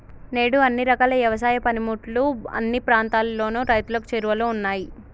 నేడు అన్ని రకాల యవసాయ పనిముట్లు అన్ని ప్రాంతాలలోను రైతులకు చేరువలో ఉన్నాయి